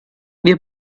wir